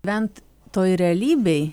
bent toj realybėj